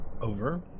over